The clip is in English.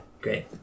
Great